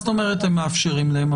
מה זאת אומרת "הם מאפשרים להם"?